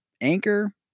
Anchor